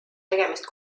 tegemist